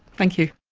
thank you.